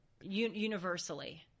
universally